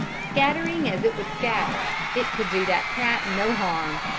scattering as it would scatter, it could do that cat no harm.